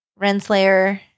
Renslayer